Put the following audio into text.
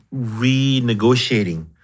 renegotiating